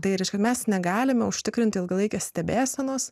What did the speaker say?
tai reiškia mes negalime užtikrinti ilgalaikės stebėsenos